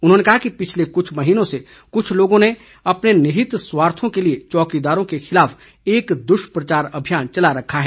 उन्होंने कहा कि पिछले कुछ महीनों से कुछ लोगों ने अपने निहित स्वार्थों के लिए चौकीदारों के खिलाफ एक दुष्प्रचार अभियान चला रखा है